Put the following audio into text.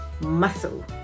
muscle